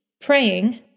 praying